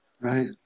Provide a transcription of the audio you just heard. Right